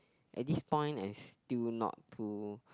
at this point I still not too